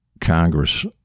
congress